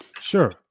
Sure